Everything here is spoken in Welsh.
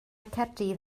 caerdydd